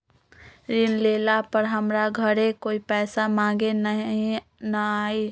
ऋण लेला पर हमरा घरे कोई पैसा मांगे नहीं न आई?